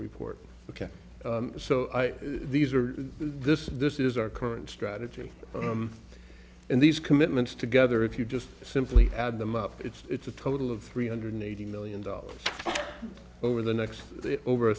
report ok so these are this this is our current strategy and these commitments together if you just simply add them up it's a total of three hundred eighty million dollars over the next over a